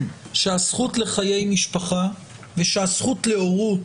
שהזכות לחיי משפחה ושהזכות להורות,